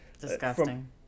Disgusting